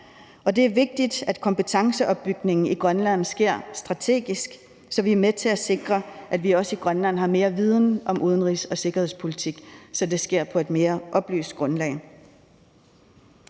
Og det er vigtigt, at kompetenceopbygningen i Grønland sker strategisk, så det er med til at sikre, at vi også i Grønland har mere viden om udenrigs- og sikkerhedspolitik, så det sker på et mere oplyst grundlag.